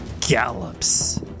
gallops